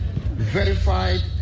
verified